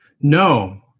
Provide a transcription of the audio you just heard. No